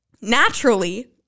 Naturally